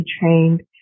trained